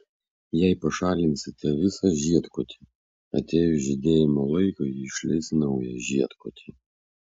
jei pašalinsite visą žiedkotį atėjus žydėjimo laikui ji išleis naują žiedkotį